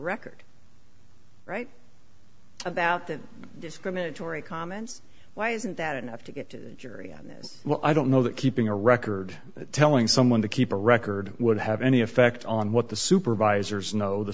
record right about the discriminatory comments why isn't that enough to get to jury on this well i don't know that keeping a record telling someone to keep a record would have any effect on what the supervisors know the